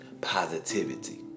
positivity